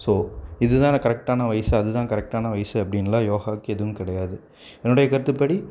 so இது தான கரக்டான வயசு அது தான் கரக்டான வயசு அப்படின்லாம் யோகாவுக்கு எதுவும் கிடையாது என்னுடைய கருத்துப்படி